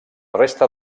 resta